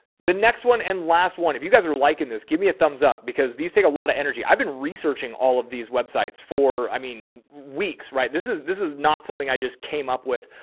the next one. and last one, if you guys are liking this, give me a thumbs up because these take a lot of energy. i've been researching all of these websites for, i mean, weeks, right? this is, this is not something i just came up with,